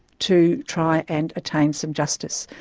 to try and attain some justice.